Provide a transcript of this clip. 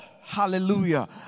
Hallelujah